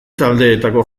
taldeetako